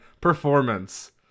performance